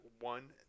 one